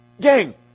Gang